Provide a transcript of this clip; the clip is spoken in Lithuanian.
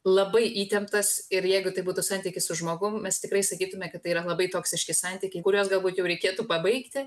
labai įtemptas ir jeigu tai būtų santykis su žmogum mes tikrai sakytume kad tai yra labai toksiški santykiai kuriuos galbūt jau reikėtų pabaigti